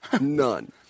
none